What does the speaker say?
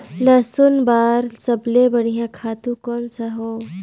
लसुन बार सबले बढ़िया खातु कोन सा हो?